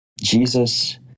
Jesus